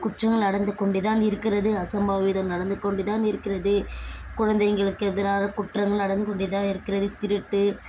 குற்றங்கள் நடந்து கொண்டே தான் இருக்கின்றது அசம்பாவிதம் நடந்து கொண்டே தான் இருக்கின்றது குழந்தைங்களுக்கு எதிரான குற்றங்கள் நடந்து கொண்டே தான் இருக்கின்றது திருட்டு